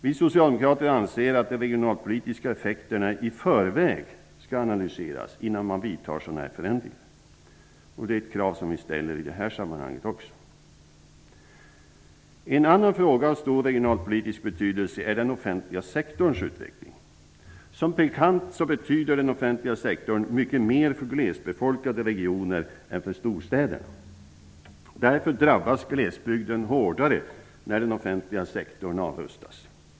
Vi socialdemokrater anser att de regionalpolitiska effekterna skall analyseras i förväg innan man vidtar sådana här förändringar. Det är ett krav som vi ställer i det här sammanhanget också. En annan fråga av stor regionalpolitisk betydelse är den offentliga sektorns utveckling. Som bekant betyder den offentliga sektorn mycket mer för glesbefolkade regioner än för storstäderna. Därför drabbas glesbygden hårdare när den offentliga sektorn avrustas.